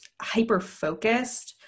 hyper-focused